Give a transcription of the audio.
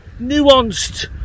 nuanced